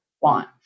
want